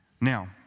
Now